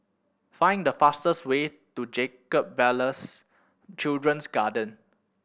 find the fastest way to Jacob Ballas Children's Garden